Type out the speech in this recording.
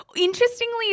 interestingly